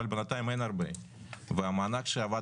אבל בינתיים אין הרבה והמענק שהוועד